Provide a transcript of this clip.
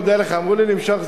עוד לא נתן תשובה.